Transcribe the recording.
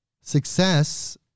Success